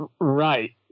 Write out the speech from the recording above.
Right